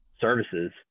services